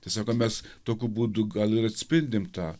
tai sako mes tokiu būdu gal ir atspindim tą